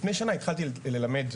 לפני שנה התחלתי להרצות.